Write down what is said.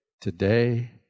today